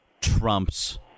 trumps